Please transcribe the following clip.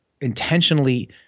intentionally